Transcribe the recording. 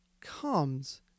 comes